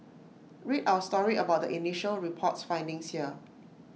read our story about the initial report's findings here